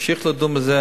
תמשיך לדון בזה.